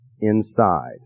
inside